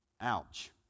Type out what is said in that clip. Ouch